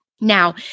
Now